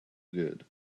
good